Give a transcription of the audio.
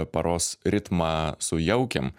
paros ritmą sujaukiam